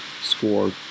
score